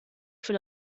für